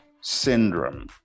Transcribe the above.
syndrome